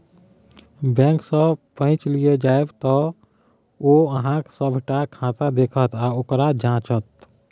बैंकसँ पैच लिअ जाएब तँ ओ अहॅँक सभटा खाता देखत आ ओकरा जांचत